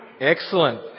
Excellent